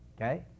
Okay